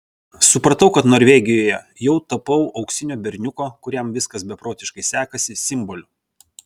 supratau kad norvegijoje jau tapau auksinio berniuko kuriam viskas beprotiškai sekasi simboliu